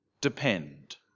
depend